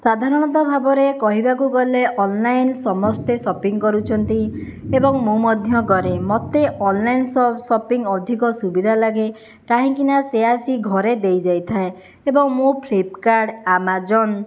ସାଧାରଣତଃ ଭାବରେ କହିବାକୁ ଗଲେ ଅନଲାଇନ୍ ସମସ୍ତେ ସପିଙ୍ଗ କରୁଛନ୍ତି ଏବଂ ମୁଁ ମଧ୍ୟ କରେ ମୋତେ ଅନଲାଇନ୍ ସପିଙ୍ଗ ଅଧିକ ସୁବିଧା ଲାଗେ କାହିଁକିନା ସେ ଆସି ଘରେ ଦେଇ ଯାଇଥାଏ ଏବଂ ମୁଁ ଫ୍ଲିପକାର୍ଟ ଆମାଜନ୍